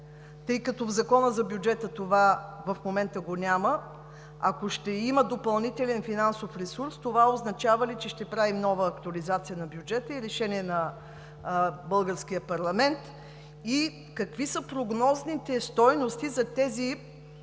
тъй като в Закона за бюджета това в момента го няма? Ако ще има допълнителен финансов ресурс, това означава ли, че ще правим нова актуализация на бюджета и решение на българския парламент? Какви са прогнозните стойности за тези